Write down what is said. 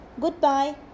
goodbye